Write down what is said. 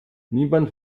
niemand